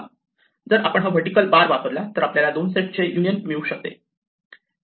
जर आपण हा वर्टीकल बार वापरला तर आपल्याला या दोन सेटचे युनियन मिळू शकते